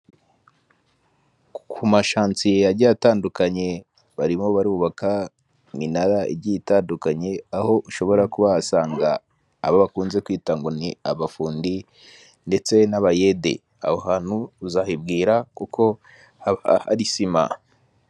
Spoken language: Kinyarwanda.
Ku mashansiye agiye atandukanye barimo barubaka iminara igiye itandukanye aho ushobora kuba wasanga abakunze kwita ngo ni abafundi ndetse n'abayede hano uzahibwira kuko hari sima.